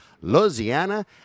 Louisiana